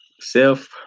self